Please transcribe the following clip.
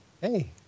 hey